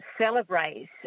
celebrate